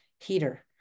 heater